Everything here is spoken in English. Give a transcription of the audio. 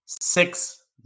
six